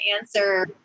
answer